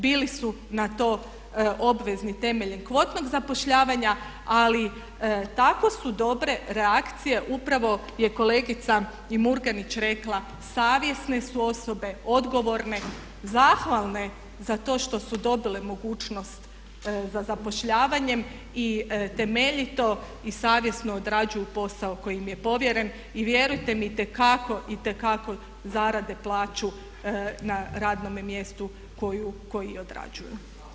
Bili su na to obvezni temeljem kvotnog zapošljavanja ali tako su dobre reakcije upravo je kolegice i Murganić rekla savjesne su osobe, odgovorne, zahvalne za to što su dobile mogućnost za zapošljavanjem i temeljito i savjesno odrađuju posao koji im je povjeren i vjerujte mi itekako i itekako zarade plaću na radnome mjestu koji odrađuju.